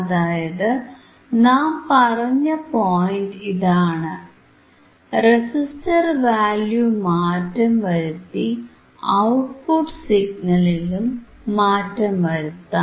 അതായത് നാം പറഞ്ഞ പോയിന്റ് ഇതാണ് റെസിസ്റ്റർ വാല്യൂ മാറ്റം വരുത്തി ഔട്ട്പുട്ട് സിഗ്നലിലും മാറ്റം വരുത്താം